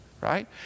right